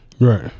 Right